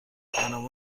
برنامه